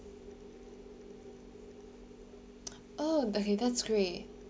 oh okay that's great